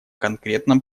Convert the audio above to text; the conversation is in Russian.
конкретном